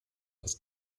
das